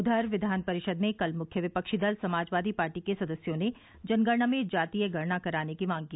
उधर विधान परिषद में कल मुख्य विपक्षी दल समाजवादी पार्टी के सदस्यों ने जनगणना में जातीय गणना कराने की मांग की